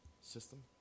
system